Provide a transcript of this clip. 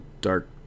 Dark